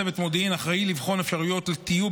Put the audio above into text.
צוות מודיעין אחראי לבחון אפשרויות לטיוב